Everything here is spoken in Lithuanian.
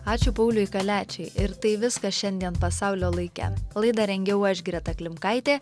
ačiū pauliui kaliačiui ir tai viskas šiandien pasaulio laike laidą rengiau aš greta klimkaitė